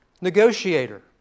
negotiator